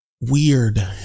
weird